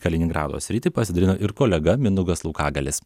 kaliningrado sritį pasidalino ir kolega mindaugas laukagalis